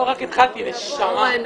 לא, רק התחלתי, נשמה.